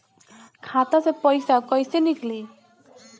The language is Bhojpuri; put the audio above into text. खाता से पैसा कैसे नीकली?